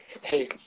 hey